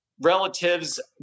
relatives